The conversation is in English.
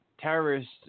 terrorists